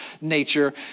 nature